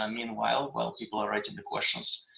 um meanwhile, while people are writing the questions